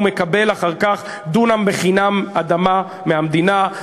ומקבל אחר כך דונם אדמה בחינם מהמדינה,